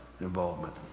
involvement